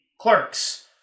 clerks